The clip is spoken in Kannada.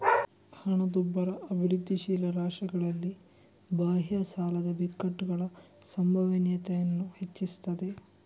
ಹಣದುಬ್ಬರ ಅಭಿವೃದ್ಧಿಶೀಲ ರಾಷ್ಟ್ರಗಳಲ್ಲಿ ಬಾಹ್ಯ ಸಾಲದ ಬಿಕ್ಕಟ್ಟುಗಳ ಸಂಭವನೀಯತೆಯನ್ನ ಹೆಚ್ಚಿಸ್ತದೆ